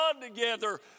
together